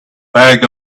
bag